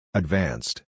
advanced